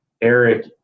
Eric